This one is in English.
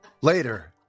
Later